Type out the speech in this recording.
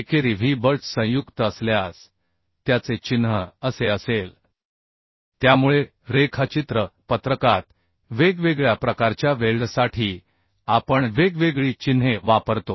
एकेरी V butt संयुक्त असल्यास त्याचे चिन्ह असे असेल त्यामुळे रेखाचित्र पत्रकात वेगवेगळ्या प्रकारच्या वेल्डसाठी आपण वेगवेगळी चिन्हे वापरतो